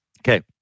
okay